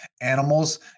animals